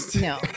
No